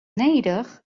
nedich